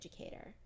educator